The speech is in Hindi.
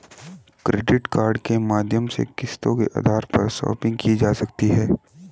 क्रेडिट कार्ड के माध्यम से किस्तों के आधार पर शापिंग की जा सकती है